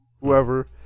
whoever